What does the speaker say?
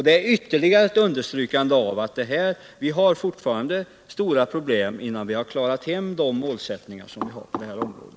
Det är ytterligare ett understrykande av att vi fortfarande har stora problem innan vi klarat målsättningarna på detta område.